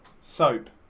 Soap